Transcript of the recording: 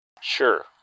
Sure